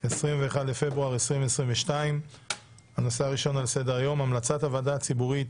21 בפברואר 2022. הנושא הראשון על סדר היום: המלצת הוועדה הציבורית